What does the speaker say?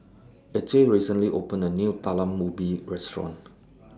Acey recently opened A New Talam Ubi Restaurant